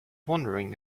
wondering